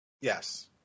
Yes